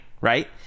right